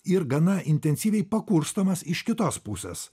ir gana intensyviai pakurstomas iš kitos pusės